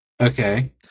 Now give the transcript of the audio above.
Okay